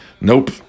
Nope